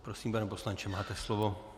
Prosím, pane poslanče, máte slovo.